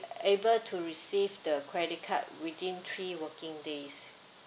able to receive the credit card within three working days